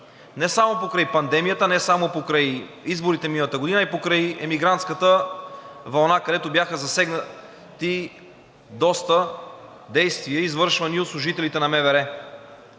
не само покрай пандемията, не само покрай изборите миналата година, а и покрай имигрантската вълна, където бяха засегнати доста действия, извършвани от служителите на МВР.